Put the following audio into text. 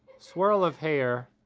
swirl of hair.